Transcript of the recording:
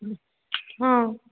हां